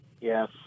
Yes